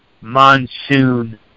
monsoon